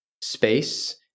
space